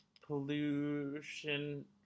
pollution